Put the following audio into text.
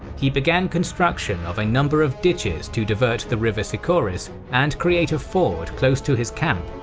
he began construction of a number of ditches to divert the river sicoris and create a ford close to his camp,